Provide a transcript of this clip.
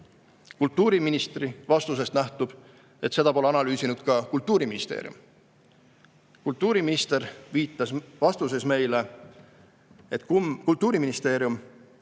Kultuuriministri vastusest nähtub, et seda pole analüüsinud ka Kultuuriministeerium. Kultuuriminister viitas vastuses meile, et Kultuuriministeerium